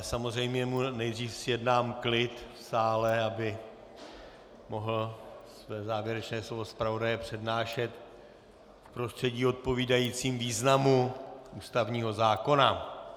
Samozřejmě mu nejdřív zjednám klid v sále, aby mohl své závěrečné slovo zpravodaje přednášet v prostředí odpovídajícím významu ústavního zákona.